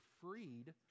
freed